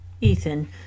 Ethan